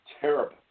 terrible